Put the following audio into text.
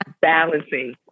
balancing